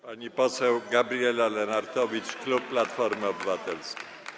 Pani poseł Gabriela Lenartowicz, klub Platforma Obywatelska.